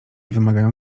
wymagają